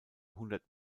hundert